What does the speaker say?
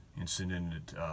incident